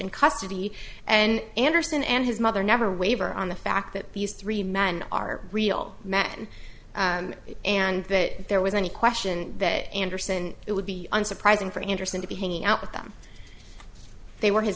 election custody and anderson and his mother never waver on the fact that these three men are real men and that there was any question that anderson it would be unsurprising for anderson to be hanging out with them they were his